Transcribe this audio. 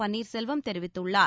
பன்னீர்செல்வம் தெரிவித்துள்ளார்